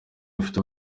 bafise